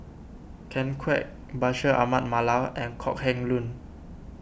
Ken Kwek Bashir Ahmad Mallal and Kok Heng Leun